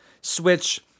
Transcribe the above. Switch